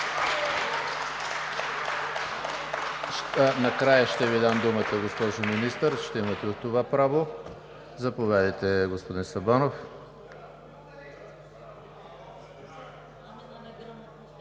Накрая ще Ви дам думата, госпожо Министър, имате това право. Заповядайте, господин Сабанов.